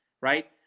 right